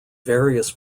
various